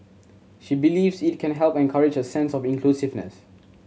she believes it can help encourage a sense of inclusiveness